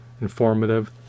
informative